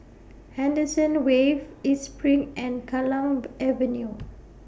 Henderson Wave East SPRING and Kallang Avenue